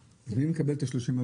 מי מקבל את ה-30 אגורות?